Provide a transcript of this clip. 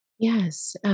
Yes